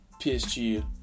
PSG